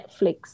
Netflix